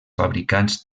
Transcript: fabricants